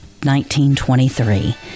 1923